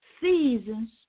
Seasons